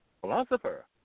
philosopher